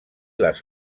les